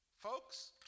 folks